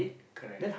correct